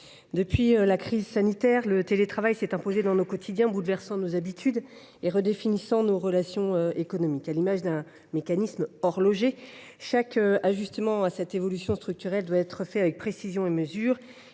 depuis la crise sanitaire, le télétravail s’est imposé dans nos quotidiens, bouleversant nos habitudes et redéfinissant nos relations économiques. Comme pour un mécanisme d’horlogerie, chaque ajustement à cette évolution structurelle doit être opéré avec précision et mesure.